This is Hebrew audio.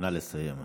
נא לסיים.